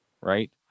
right